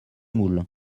moules